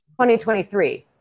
2023